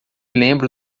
lembro